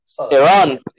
Iran